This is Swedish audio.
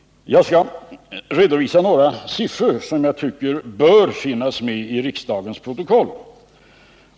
Jag skall redovisa några siffror som jag tycker skall finnas med i riksdagens protokoll.